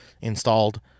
installed